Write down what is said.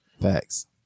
Facts